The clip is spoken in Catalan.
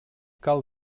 cal